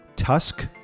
Tusk